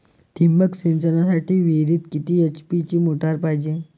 ठिबक सिंचनासाठी विहिरीत किती एच.पी ची मोटार पायजे?